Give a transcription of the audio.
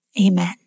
Amen